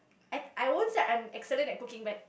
I I won't say I'm excellent at cooking but